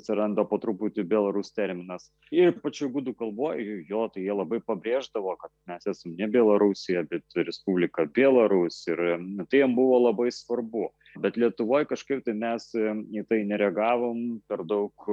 atsiranda po truputį tas bėlasur terminas ypač gudų kalboj jo tai jie labai pabrėždavo kad mes esam ne belarusija bet respublika bėlarus ir tai jiem buvo labai svarbu bet lietuvoj kažkaip tai mes į tai nereagavom per daug